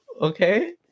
okay